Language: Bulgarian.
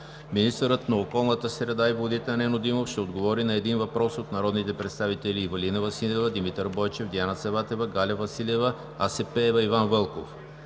Министърът на околната среда и водите Нено Димов ще отговори на един въпрос от народните представители Ивелина Василева, Димитър Бойчев, Диана Саватева, Галя Василева, Ася Пеева и Иван Вълков.